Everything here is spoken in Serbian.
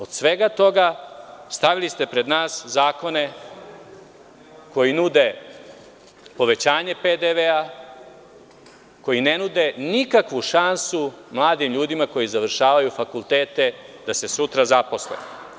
Od svega toga stavili ste pred nas zakone koji nude povećanje PDV-a, koji ne nude nikakvu šansu mladim ljudima koji završavaju fakultete da se sutra zaposle.